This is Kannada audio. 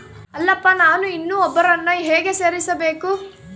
ಅಲ್ಲಪ್ಪ ನಾನು ಇನ್ನೂ ಒಬ್ಬರನ್ನ ಹೇಗೆ ಸೇರಿಸಬೇಕು?